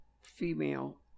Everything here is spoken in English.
female